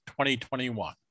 2021